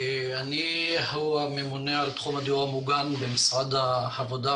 אני הוא הממונה על תחום הדיור המוגן במשרד העבודה,